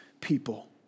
people